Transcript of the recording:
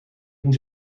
ging